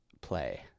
play